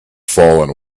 fallen